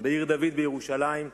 בעיר-דוד בירושלים.